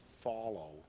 follow